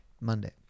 Monday